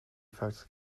faktiskt